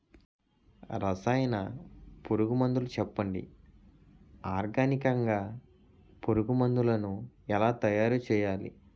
రసాయన పురుగు మందులు చెప్పండి? ఆర్గనికంగ పురుగు మందులను ఎలా తయారు చేయాలి?